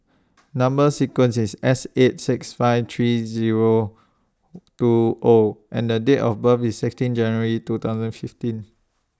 Number sequence IS S eight six five three Zero two O and The Date of birth IS sixteen January two thousand fifteen